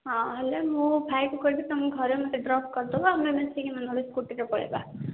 ହଁ ହେଲେ ମୁଁ ଭାଇକୁ କହିବି ତୁମ ଘରେ ମୋତେ ଡ୍ରପ୍ କରି ଦେବ ଆମେ ମିଶିକିନା ନହେଲେ ସ୍କୁଟିରେ ପଳାଇବା